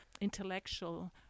intellectual